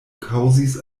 kaŭzis